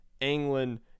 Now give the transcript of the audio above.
England